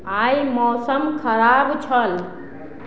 आइ मौसम खराब छल